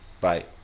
Bye